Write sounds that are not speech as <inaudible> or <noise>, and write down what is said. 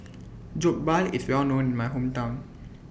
<noise> Jokbal IS Well known in My Hometown